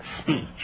speech